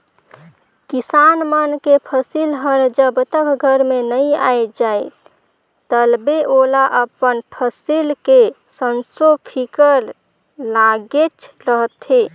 किसान मन के फसिल हर जब तक घर में नइ आये जाए तलबे ओला अपन फसिल के संसो फिकर लागेच रहथे